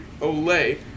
Olay